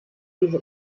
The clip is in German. diese